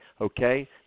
Okay